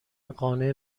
قانع